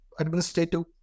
administrative